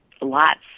Lots